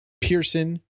Pearson